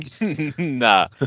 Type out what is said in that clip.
nah